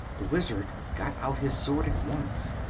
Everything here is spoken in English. the wizard got out his sword at once,